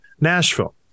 Nashville